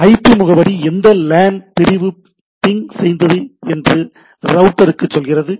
IP முகவரி எந்த LAN பிரிவு பிங் செய்தது என்று ரவுட்டர்க்கு சொல்கிறது